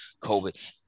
COVID